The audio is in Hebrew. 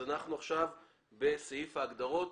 אנחנו עכשיו בסעיף ההגדרות.